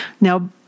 Now